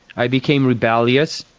i became rebellious,